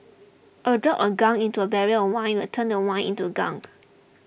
a drop of gunk into a barrel of wine will turn the wine into gunk